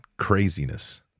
craziness